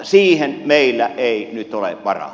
siihen meillä ei nyt ole varaa